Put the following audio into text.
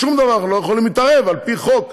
בשום דבר אנחנו לא יכולים להתערב על פי חוק.